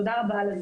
תודה רבה.